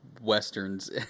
Westerns